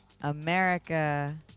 America